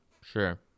Sure